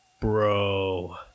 bro